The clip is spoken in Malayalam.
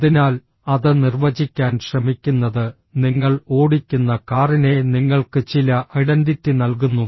അതിനാൽ അത് നിർവചിക്കാൻ ശ്രമിക്കുന്നത് നിങ്ങൾ ഓടിക്കുന്ന കാറിനെ നിങ്ങൾക്ക് ചില ഐഡന്റിറ്റി നൽകുന്നു